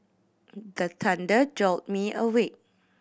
the thunder jolt me awake